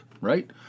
right